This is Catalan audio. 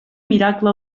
miracle